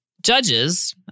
judges